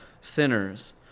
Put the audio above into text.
sinners